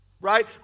right